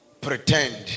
pretend